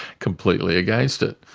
completely against it.